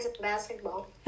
basketball